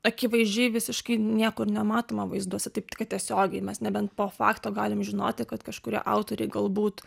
akivaizdžiai visiškai niekur nematoma vaizduose taip kaip kad tiesiogiai mes nebent po fakto galim žinoti kad kažkurie autoriai galbūt